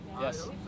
Yes